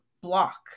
block